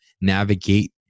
navigate